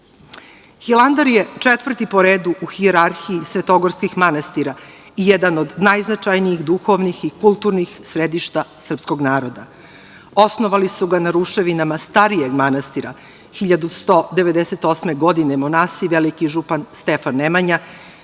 baštine. Hilandar je četvrti po redu u hijerarhiji svetogorskih manastira i jedan od najznačajnijih duhovnih i kulturnih središta srpskog naroda. Osnovali su ga na ruševinama starijeg manastira 1198. godine monasi Veliki župan Stefan Nemanja